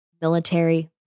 military